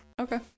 Okay